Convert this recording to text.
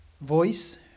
voice